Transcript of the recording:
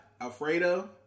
Alfredo